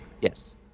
Yes